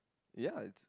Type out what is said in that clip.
ya